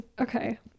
Okay